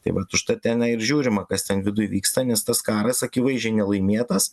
tai vat užtat tenai ir žiūrima kas ten viduj vyksta nes tas karas akivaizdžiai nelaimėtas